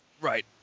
Right